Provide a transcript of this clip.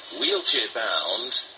Wheelchair-bound